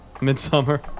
midsummer